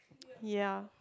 ya